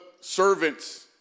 servants